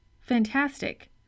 Fantastic